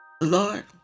lord